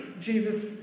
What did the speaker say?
Jesus